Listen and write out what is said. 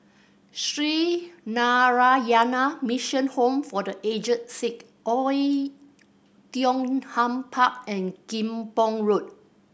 Sree Narayana Mission Home for The Aged Sick Oei Tiong Ham Park and Kim Pong Road